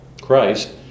Christ